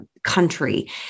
Country